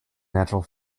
natural